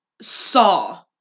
Saw